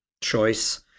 choice